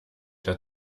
der